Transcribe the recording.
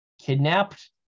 kidnapped